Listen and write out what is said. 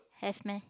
have meh